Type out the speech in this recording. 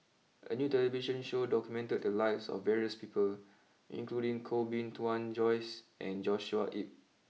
a new television show documented the lives of various people including Koh Bee Tuan Joyce and Joshua Ip